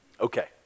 Okay